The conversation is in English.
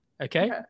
Okay